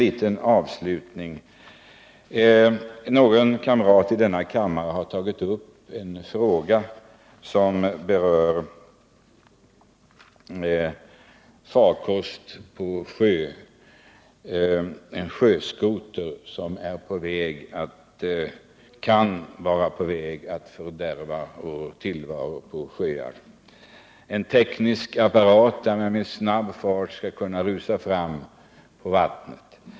Till sist: Någon kamrat i denna kammare har tagit upp en fråga som berör en farkost som kan vara på väg att fördärva vår tillvaro på sjöarna. Det gäller en teknisk apparat, med vilken man med hög fart skall kunna rusa fram på vattnet.